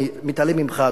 אני מתעלם ממך,